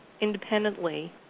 independently